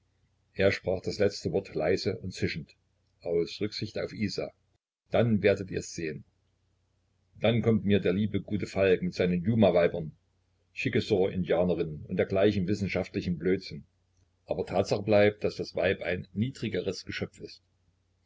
er sprach das letzte wort leise und zischend aus rücksicht auf isa dann werdet ihrs sehen da kommt mir der liebe gute falk mit seinen yuma weibern chikesawa indianerinnen und dergleichen wissenschaftlichem blödsinn aber tatsache bleibt daß das weib ein niedrigeres geschöpf ist